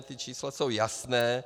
Ta čísla jsou jasná.